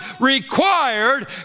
required